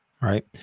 right